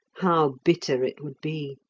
how bitter it would be!